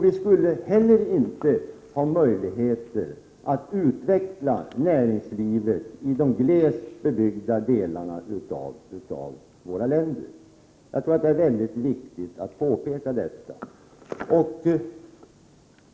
Vi skulle heller inte ha möjligheter att utveckla näringslivet i de glesbebyggda delarna av våra länder. Jag tror att det är väldigt viktigt att påpeka detta.